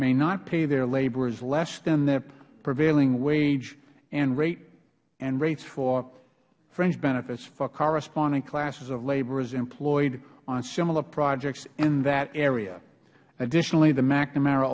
may not pay their laborers less than the prevailing wage and rates for fringe benefits for corresponding classes of laborers employed on similar projects in that area additionally the mcnamara